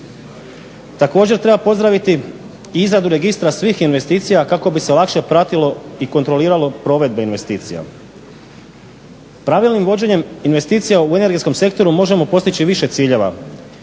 Također treba pozdraviti i izradu Registra svih investicija kako bi se lakše pratilo i kontroliralo provedbe investicija. Pravilnim vođenjem investicija u energetskom sektoru možemo postići više ciljeva.